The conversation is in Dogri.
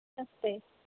नमस्ते